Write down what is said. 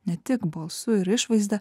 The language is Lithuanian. ne tik balsu ir išvaizda